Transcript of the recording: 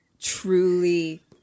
truly